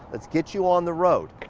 let's get you on the road.